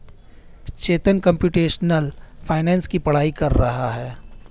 चेतन computational finance की पढ़ाई कर रहा है